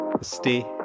Stay